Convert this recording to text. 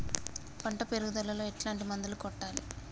పంట పెరుగుదలలో ఎట్లాంటి మందులను కొట్టాలి?